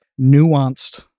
nuanced